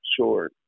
sure